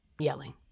yelling